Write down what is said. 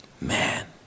man